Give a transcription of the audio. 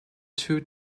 two